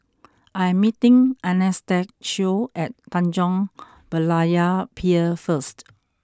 I am meeting Anastacio at Tanjong Berlayer Pier first